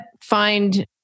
find